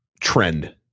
trend